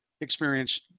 experience